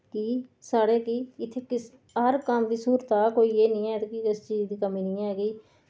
की साढ़े कि इत्थै किस हर काम दी स्हूलतां कोई एह् निं ऐ ते कि किसी चीज दी कमी नि ऐ